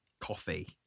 coffee